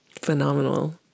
Phenomenal